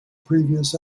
previous